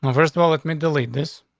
um first of all, let me delete this.